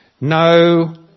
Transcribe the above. No